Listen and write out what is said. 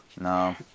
No